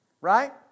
Right